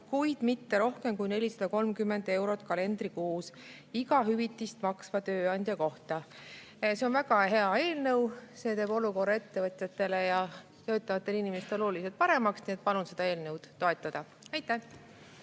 kuid mitte rohkem kui 430 eurot kalendrikuus iga hüvitist maksva tööandja kohta. See on väga hea eelnõu, mis teeb olukorra ettevõtjate ja töötavate inimeste jaoks oluliselt paremaks. Nii et palun seda eelnõu toetada. Aitäh!